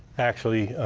actually,